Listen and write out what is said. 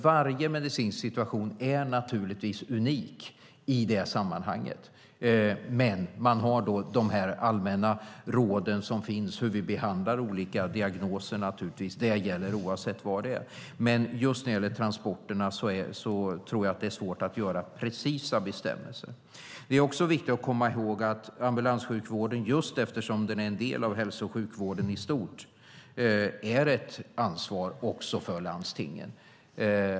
Varje medicinsk situation är unik i det sammanhanget, men då finns det allmänna råd för hur man behandlar olika diagnoser - de gäller oavsett vad det är. Men just när det gäller transporterna tror jag att det är svårt att utforma precisa bestämmelser. Det är viktigt att komma ihåg att ambulanssjukvården, eftersom den är en del av hälso och sjukvården i stort, är ett ansvar också för landstingen.